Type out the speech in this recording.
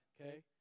okay